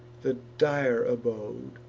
the dire abode,